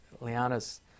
Liana's